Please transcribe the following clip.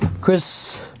Chris